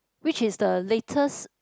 which is the latest